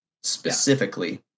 Specifically